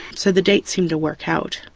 so the dates seem to work out.